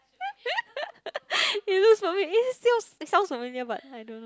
you lose still sounds familiar but I don't know